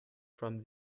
from